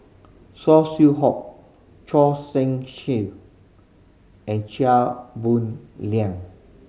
Saw Swee Hock Choor Singh and Chia Boon Leong